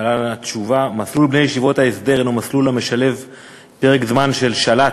להלן התשובה: מסלול ישיבות ההסדר הוא מסלול המשלב פרק זמן של של"ת,